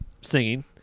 singing